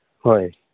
ꯍꯣꯏ